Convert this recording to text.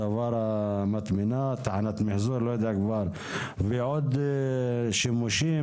לדבר הזה ספציפית היות וזה אושר לפני 20